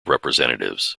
representatives